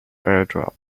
airdrop